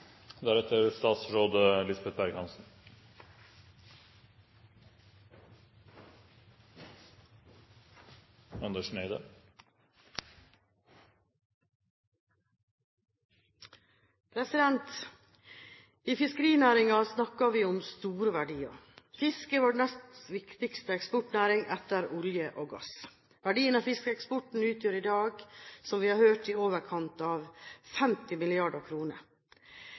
vår nest viktigste eksportnæring – etter olje og gass. Verdien av fiskeeksporten utgjør i dag, som vi har hørt, i overkant av 50